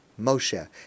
Moshe